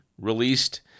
released